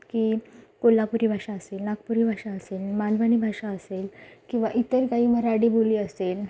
की कोल्हापुरी भाषा असेल नागपुरी भाषा असेल मालवणी भाषा असेल किंवा इतर काही वऱ्हाडी बोली असेल